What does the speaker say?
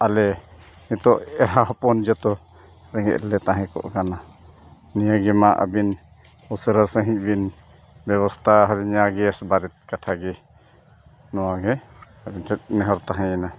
ᱟᱞᱮ ᱱᱤᱛᱳᱜ ᱮᱸᱜᱟᱼᱦᱚᱯᱚᱱ ᱡᱚᱛᱚ ᱨᱮᱸᱜᱮᱡ ᱨᱮᱞᱮ ᱛᱟᱦᱮᱸ ᱠᱚᱜ ᱠᱟᱱᱟ ᱱᱤᱭᱟᱹᱜᱮ ᱢᱟ ᱟᱹᱵᱤᱱ ᱩᱥᱟᱹᱨᱟ ᱥᱟᱹᱦᱤᱡ ᱵᱤᱱ ᱵᱮᱵᱚᱥᱛᱷᱟ ᱟᱹᱞᱤᱧᱟ ᱜᱮᱥ ᱵᱟᱨᱮᱛᱮ ᱠᱟᱛᱷᱟ ᱜᱮ ᱱᱚᱣᱟᱜᱮ ᱟᱹᱵᱤᱱ ᱴᱷᱮᱡ ᱱᱮᱦᱚᱨ ᱛᱟᱦᱮᱭᱮᱱᱟ